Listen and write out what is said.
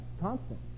Constant